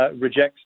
rejects